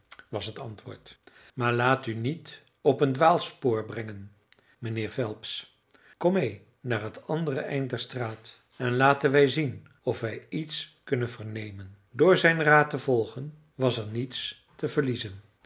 was het antwoord maar laat u niet op een dwaalspoor brengen mijnheer phelps kom mee naar het andere eind der straat en laten wij zien of wij iets kunnen vernemen door zijn raad te volgen was er niets te verliezen